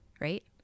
right